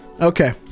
Okay